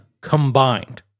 combined